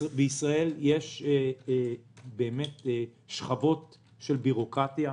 בישראל יש שכבות של בירוקרטיה.